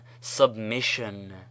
submission